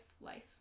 Life